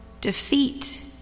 defeat